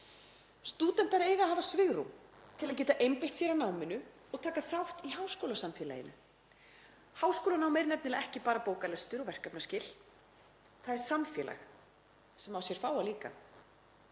Stúdentar eiga að hafa svigrúmið til að geta einbeitt sér að náminu og taka þátt í háskólasamfélaginu. Háskólanám er nefnilega ekki bara bóklestur og verkefnaskil. Það er samfélag sem á sér fáa líka.